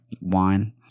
wine